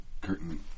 curtain